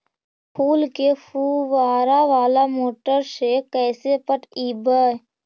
फूल के फुवारा बाला मोटर से कैसे पटइबै?